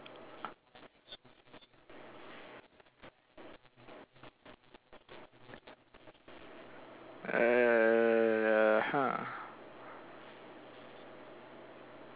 err !huh!